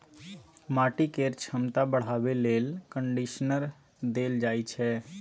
माटि केर छमता बढ़ाबे लेल कंडीशनर देल जाइ छै